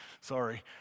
Sorry